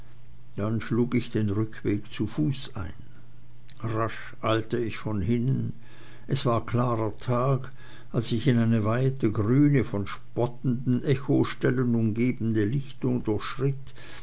dann schlug ich den rückweg zu fuß ein rasch eilte ich von hinnen es war klarer tag als ich eine weite grüne von spottenden echostellen umgebene lichtung durchschritt